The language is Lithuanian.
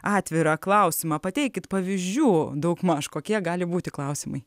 atvirą klausimą pateikit pavyzdžių daugmaž kokie gali būti klausimai